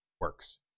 works